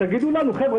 תגידו לנו: חבר'ה,